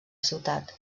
ciutat